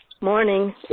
morning